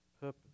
purpose